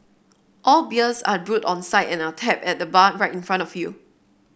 all beers are brewed on site and are tapped at the bar right in front of you